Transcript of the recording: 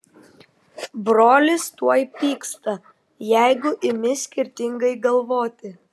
brolis tuoj pyksta jeigu imi skirtingai galvoti